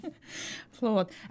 Flawed